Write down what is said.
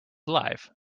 life